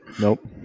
Nope